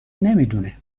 نمیدونه